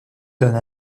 donne